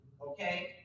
Okay